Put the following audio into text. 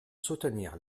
soutenir